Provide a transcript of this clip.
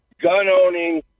gun-owning